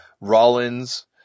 Rollins